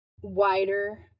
wider